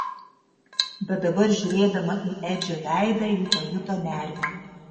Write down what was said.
bet dabar žiūrėdama į edžio veidą ji pajuto nerimą